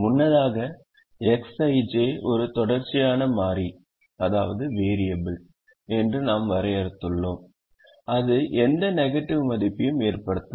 முன்னதாக Xij ஒரு தொடர்ச்சியான மாறி என்று நாம் வரையறுத்துள்ளோம் அது எந்த நெகடிவ் மதிப்பையும் ஏற்படுத்தலாம்